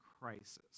crisis